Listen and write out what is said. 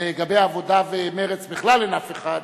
לגבי עבודה ומרצ, בכלל אין אף אחד.